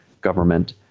government